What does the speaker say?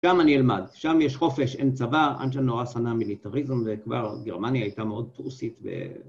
שם אני אלמד, שם יש חופש, אין צבא, אנשל נורא שנה מיליטריזם וכבר גרמניה הייתה מאוד פרוסית